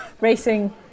Racing